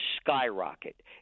skyrocket